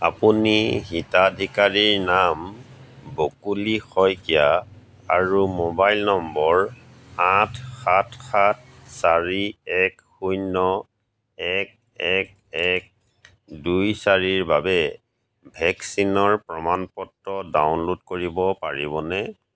আপুনি হিতাধিকাৰীৰ নাম বকুলি শইকীয়া আৰু মোবাইল নম্বৰ আঠ সাত সাত চাৰি এক শূন্য এক এক এক দুই চাৰিৰ বাবে ভেকচিনৰ প্ৰমাণ পত্ৰ ডাউনলোড কৰিব পাৰিবনে